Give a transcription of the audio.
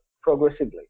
progressively